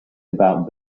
about